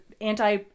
anti